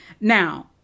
Now